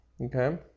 okay